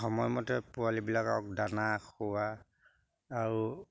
সময়মতে পোৱালিবিলাকক দানা খোৱা আৰু